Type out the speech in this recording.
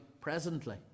presently